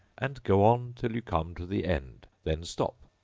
and go on till you come to the end then stop